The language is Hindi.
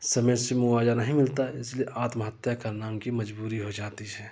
समय से मुवावजा नहीं मिलता इसलिए आत्महत्या करना उनकी मजबूरी हो जाती है